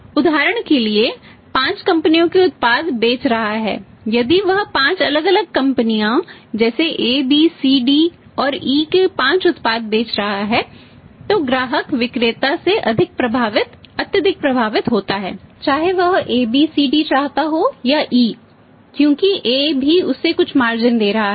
उदाहरण के लिए यदि वह 5 कंपनियों के उत्पाद बेच रहा है यदि वह 5 अलग अलग कंपनियों जैसे A B C D और E के 5 उत्पाद बेच रहा है तो ग्राहक विक्रेता से अत्यधिक प्रभावित होता है चाहे वह A B C D चाहता हो या E क्योंकि A भी उसे कुछ मार्जिन दे रहा है